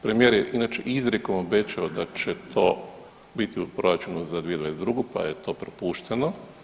Premijer je inače izrijekom obećao da će to biti u Proračunu za 2022. pa je to propušteno.